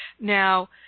Now